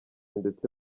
ndetse